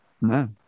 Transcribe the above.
No